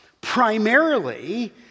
primarily